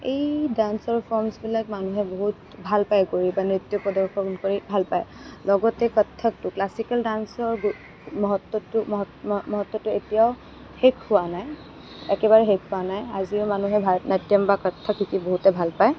এই ডান্সৰ ফৰ্মচ বিলাক মানুহে বহুত ভাল পায় কৰি বা নৃত্য প্ৰদৰ্শন কৰি ভাল পায় লগতে কথকটো ক্লাছিকেল ডান্সৰ মহত্বটো মহত্বটো এতিয়াও শেষ হোৱা নাই একেবাৰে শেষ হোৱা নাই আজিও মানুহে ভাৰত নাট্যম বা কথক শিকি বহুতে ভাল পায়